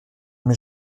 mais